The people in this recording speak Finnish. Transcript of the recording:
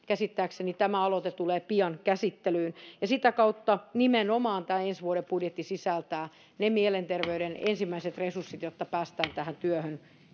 käsittääkseni tämä aloite tulee pian käsittelyyn ja sitä kautta nimenomaan tämä ensi vuoden budjetti sisältää ne mielenterveyden ensimmäiset resurssit jotta päästään tässä työssä